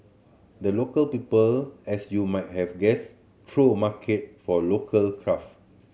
the Local People as you might have guessed throw market for local craft